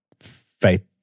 faith